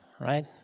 right